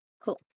Cool